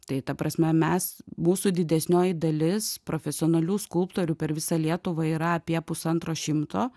tai ta prasme mes mūsų didesnioji dalis profesionalių skulptorių per visą lietuvą yra apie pusantro šimto